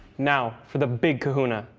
now for the big kahuna.